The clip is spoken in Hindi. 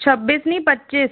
छब्बीस नहीं पच्चिस